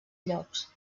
llops